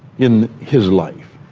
in his life.